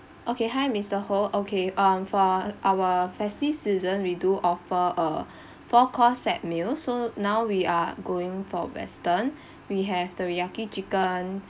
okay hi mister ho okay um for uh our festive season we do offer a four course set meal so now we are going for western we have teriyaki chicken